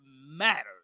matters